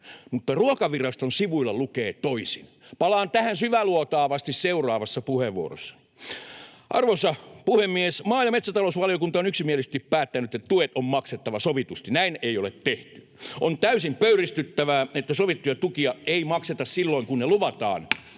mutta Ruokaviraston sivuilla lukee toisin. Palaan tähän syväluotaavasti seuraavassa puheenvuorossani. Arvoisa puhemies! Maa- ja metsätalousvaliokunta on yksimielisesti päättänyt, että tuet on maksettava sovitusti. Näin ei ole tehty. On täysin pöyristyttävää, että sovittuja tukia ei makseta silloin, kun ne luvataan.